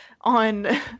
on